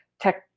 tech